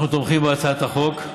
אנחנו תומכים בהצעת החוק.